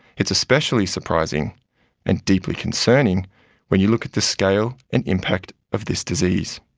it's especially surprising and deeply concerning when you look at the scale and impact of this disease.